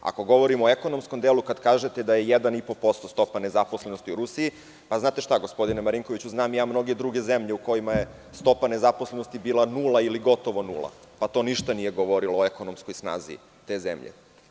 Ako govorimo o ekonomskom delu, kad kažete da je 1,5% stopa nezaposlenosti u Rusiji, znate šta, gospodine Marinkoviću, znam i ja mnoge druge zemlje u kojima je stopa nezaposlenosti bila nula ili gotovo nula, pa to ništa nije govorilo o ekonomskoj snazi te zemlje.